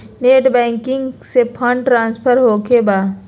Net banking से fund transfer होखें बा?